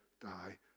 die